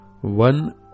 One